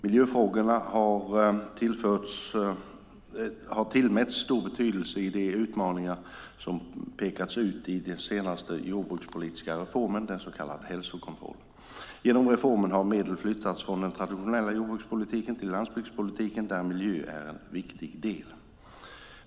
Miljöfrågorna har tillmätts stor betydelse i de utmaningar som pekas ut i den senaste jordbrukspolitiska reformen, den så kallade hälsokontrollen. Genom reformen har medel flyttats från den traditionella jordbrukspolitiken till landsbygdspolitiken, där miljön är en viktig del.